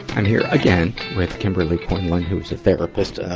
and here, again, with kimberly quinlan, who is a therapist, ah, ah,